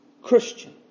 Christian